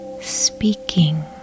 speaking